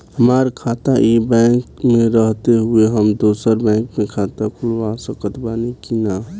हमार खाता ई बैंक मे रहते हुये हम दोसर बैंक मे खाता खुलवा सकत बानी की ना?